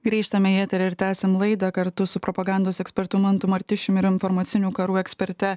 grįžtame į eterį ir tęsiam laidą kartu su propagandos ekspertu mantu martišium ir informacinių karų eksperte